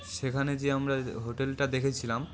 সেখানে যে আমরা হোটেলটা দেখেছিলাম